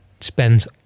spends